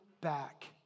back